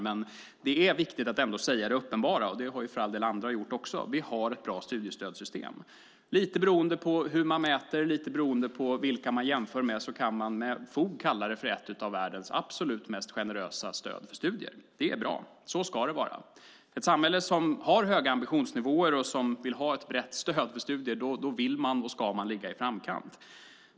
Men det är viktigt att ändå säga det uppenbara, och det har för all del andra också gjort: Vi har ett bra studiestödssystem. Lite grann beroende på hur man mäter och vilka man jämför med kan man med fog kalla det för ett av världens absolut mest generösa stöd för studier. Det är bra. Så ska det vara. Ett samhälle som har höga ambitionsnivåer och som vill ha ett brett stöd för studier vill och ska ligga i framkant.